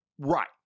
Right